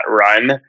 Run